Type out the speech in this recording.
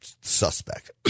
suspect